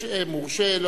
יש מורשה,